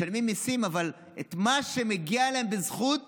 משלמים מיסים, אבל את מה שמגיע להם בזכות